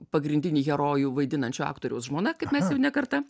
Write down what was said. pagrindinį herojų vaidinančio aktoriaus žmona kaip mes jau ne kartą